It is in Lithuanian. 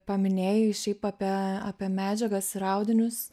paminėjai šiaip apie apie medžiagas ir audinius